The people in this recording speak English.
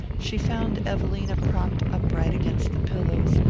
she found evelina propped upright against the pillows,